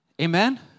Amen